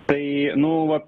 tai nu va